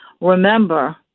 Remember